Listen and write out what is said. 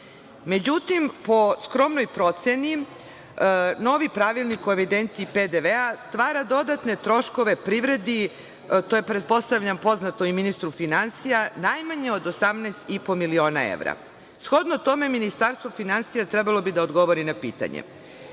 stvoriti.Međutim, po skromnoj proceni novi pravilnik o evidenciji PDV stvara dodatne troškove privredi, to je pretpostavljam poznato i ministru finansija, najmanje od 18,5 miliona evra. Shodno tome, Ministarstvo finansija trebalo bi da odgovori na pitanje